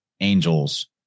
angels